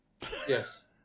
Yes